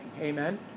Amen